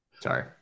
Sorry